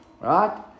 Right